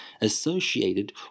associated